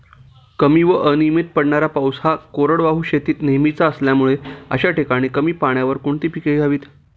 कमी व अनियमित पडणारा पाऊस हा कोरडवाहू शेतीत नेहमीचा असल्यामुळे अशा ठिकाणी कमी पाण्यावर कोणती पिके घ्यावी?